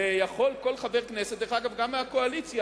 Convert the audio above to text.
ויכול כל חבר כנסת, דרך אגב, גם מהקואליציה,